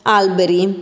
alberi